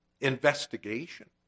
investigation